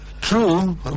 True